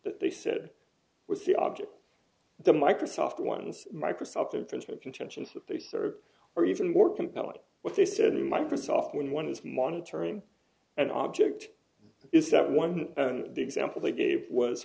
they said was the object the microsoft ones microsoft infringement contentions that they serve or even more compelling what they said to microsoft when one is monitoring an object is that one the example they gave was